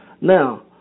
Now